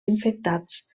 infectats